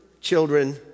children